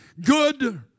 good